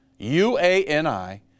UANI